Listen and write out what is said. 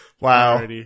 Wow